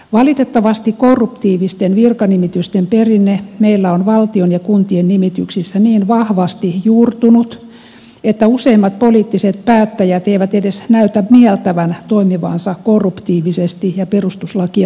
valitettavasti korruptiivisten virkanimitysten perinne meillä on valtion ja kuntien nimityksissä niin vahvasti juurtunut että useimmat poliittiset päättäjät eivät edes näytä mieltävän toimivansa korruptiivisesti ja perustuslakia rikkoen